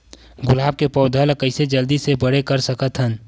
गुलाब के पौधा ल कइसे जल्दी से बड़े कर सकथन?